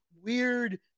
weird